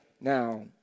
now